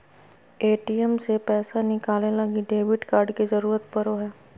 ATM से पैसा निकाले लगी डेबिट कार्ड के जरूरत पड़ो हय